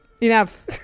Enough